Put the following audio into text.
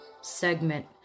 segment